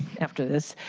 after this,